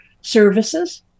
services